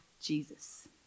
Jesus